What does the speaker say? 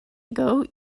ago